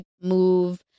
move